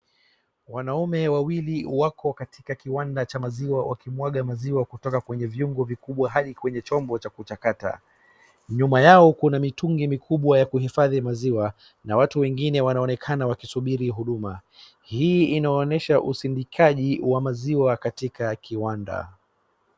Wanaume wawili wako katika kiwanda cha maziwa wakimwaga maziwa kutoka kwenye vyungo vikubwa hadi kwenye chombo cha kuchakata. Nyuma yao kuna mitungi mikubwa ya kuhifadhi maziwa na watu wengine wanaonekana wakisubiri huduma. Hii inaonyesha usundikaji wa maziwa katika kiwanda.